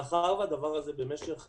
מאחר שהדבר הזה במשך עשור,